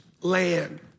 land